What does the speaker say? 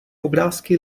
obrázky